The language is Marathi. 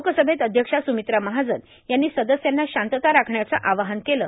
लोकसभेत अध्यक्षा र्स्रामत्रा महाजन यांनी सदस्यांना शांतता राखण्याचं आवाहन केलं